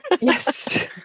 Yes